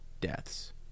deaths